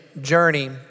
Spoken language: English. journey